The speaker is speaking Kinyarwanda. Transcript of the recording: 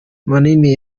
manini